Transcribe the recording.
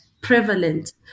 prevalent